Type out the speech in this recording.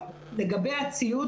לגבי הציוד,